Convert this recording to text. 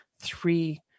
three